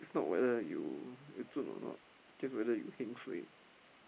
it's not whether you you chun or not just whether you heng suay